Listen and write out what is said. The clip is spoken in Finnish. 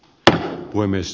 tähän voi myös